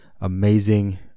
Amazing